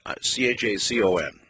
C-H-A-C-O-N